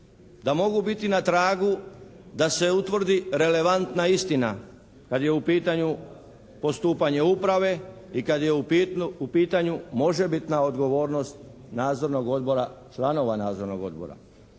da mogu biti na tragu da se utvrdi relevantna istina kad je u pitanju postupanje uprave i kad je u pitanju možebitna odgovornost nadzornog odbora,